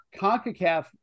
Concacaf